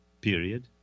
period